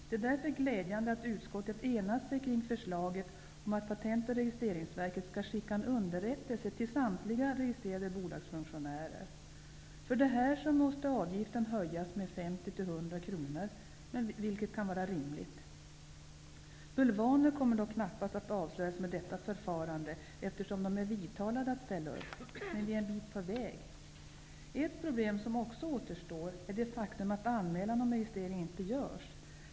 Det är därför glädjande att utskottet har enat sig om förslaget att PRV skall skicka en underrättelse till samtliga registrerade bolagsfunktionärer. För detta måste avgiften höjas med 50--100 kr, vilket kan vara rimligt. Bulvaner kommer dock knappast att avslöjas med detta förfarande, eftersom de är vidtalade att ställa upp. Men vi är en bit på väg. Ett problem som också återstår är det faktum att anmälan om registrering inte görs.